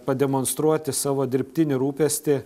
pademonstruoti savo dirbtinį rūpestį